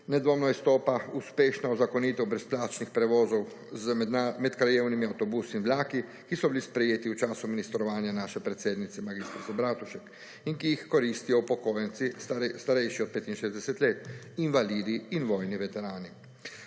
nedvomno izstopa uspešno uzakonitev brezplačnih prevozov z medkrajevnimi avtobusi in vlaki, ki so bili sprejeti v času ministrovanja naše predsednike, mag. Bratušek in ki jih koristijo upokojenci, starejši od 65 let, invalidi in vojni veterani.